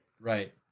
Right